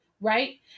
right